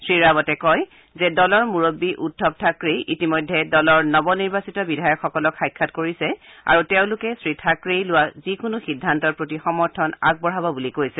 শ্ৰী ৰাৱটে কয় যে দলৰ মূৰববী উদ্ধৱ থাকৰেই ইতিমধ্যে দলৰ নৱ নিৰ্বাচিত বিধায়কসকলক সাক্ষাৎ কৰিছে আৰু তেওঁলোকে শ্ৰী থাকৰেই লোৱা যিকোনো সিদ্ধান্তৰ প্ৰতি সমৰ্থন আগবঢ়াব বুলি কৈছে